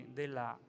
della